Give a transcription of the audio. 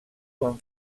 van